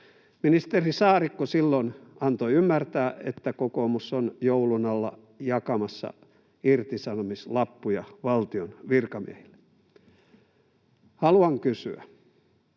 Ministeri Saarikko silloin antoi ymmärtää, että kokoomus on joulun alla jakamassa irtisanomislappuja valtion virkamiehille. Haluan kysyä: